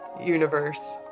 universe